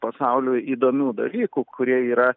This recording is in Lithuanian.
pasauliui įdomių dalykų kurie yra